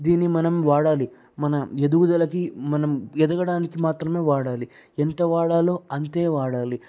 దీన్ని మనం వాడాలి మన ఎదుగుదలకి మనం ఎదగడానికి మాత్రమే వాడాలి ఎంత వాడాలో అంతే వాడాలి